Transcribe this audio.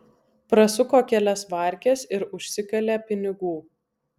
prasuko kelias varkes ir užsikalė pinigų